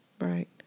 Right